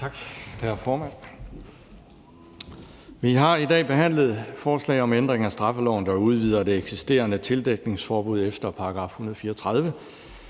Tak, hr. formand. Vi har i dag behandlet et forslag om ændring af straffeloven, der udvider det eksisterende tildækningsforbud efter § 234.